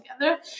together